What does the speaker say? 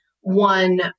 one